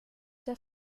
der